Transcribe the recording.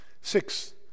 Six